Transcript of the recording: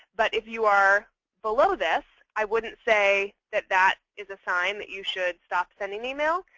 but if you are below this, i wouldn't say that that is a sign that you should stop sending emails.